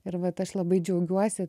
ir vat aš labai džiaugiuosi